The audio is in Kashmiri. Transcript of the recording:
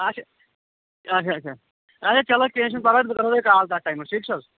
اَچھِ اَچھا اَچھا اَچھا چَلو کیٚنٛہہ چھُنہٕ پَرواے بہٕ کَرو تۅہہِ کال تَتھ ٹَایِمَس ٹھیٖک چھُ حظ